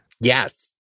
Yes